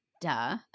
duh